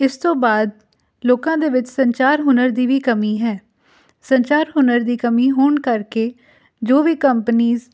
ਇਸ ਤੋਂ ਬਾਅਦ ਲੋਕਾਂ ਦੇ ਵਿੱਚ ਸੰਚਾਰ ਹੁਨਰ ਦੀ ਵੀ ਕਮੀ ਹੈ ਸੰਚਾਰ ਹੁਨਰ ਦੀ ਕਮੀ ਹੋਣ ਕਰਕੇ ਜੋ ਵੀ ਕੰਪਨੀਜ਼